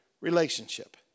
relationship